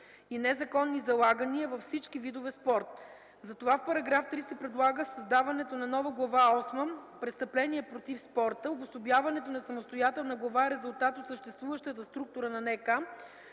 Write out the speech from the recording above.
и незаконни залагания във всички видове спорт. Затова в параграф 3 се предлага създаването на нова Глава осма „а” „Престъпления против спорта”. Обособяването на самостоятелна глава е резултат от съществуващата структура на НК.